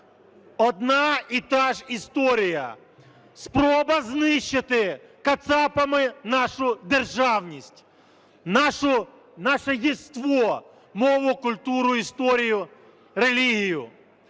одна і та ж історія – спроба знищити кацапами нашу державність, наше єство: мову, культуру, історію, релігію.